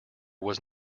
was